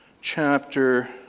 chapter